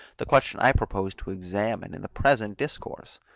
the question i propose to examine in the present discourse.